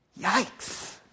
Yikes